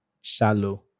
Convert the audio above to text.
shallow